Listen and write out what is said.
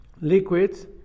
liquids